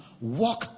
walk